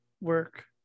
work